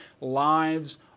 lives